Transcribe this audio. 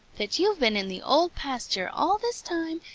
that you've been in the old pasture all this time,